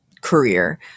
career